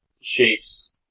shapes